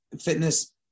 fitness